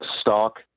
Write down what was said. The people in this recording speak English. stock